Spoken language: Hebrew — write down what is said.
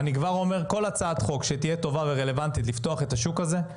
אני כבר אומר שכל הצעת חוק שתהיה טובה ורלוונטית לפתוח את השוק הזה,